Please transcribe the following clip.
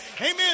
Amen